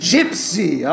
Gypsy